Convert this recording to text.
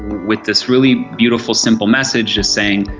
with this really beautiful, simple message, just saying,